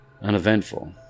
uneventful